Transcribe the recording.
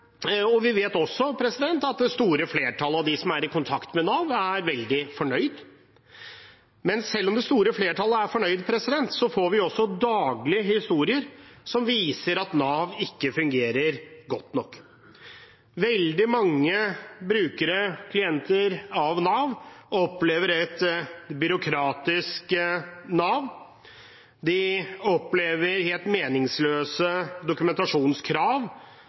Vi vet også at det store flertallet av dem som er i kontakt med Nav, er veldig fornøyd. Men selv om det store flertallet er fornøyd, får vi også daglig historier som viser at Nav ikke fungerer godt nok. Veldig mange brukere og klienter av Nav opplever et byråkratisk Nav. De opplever helt meningsløse dokumentasjonskrav.